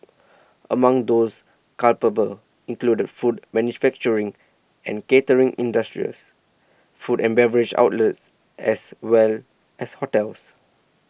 among those culpable included food manufacturing and catering industries food and beverage outlets as well as hotels